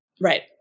Right